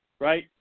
right